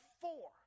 four